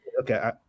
Okay